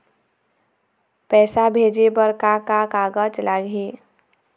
पैसा भेजे बर का का कागज लगही?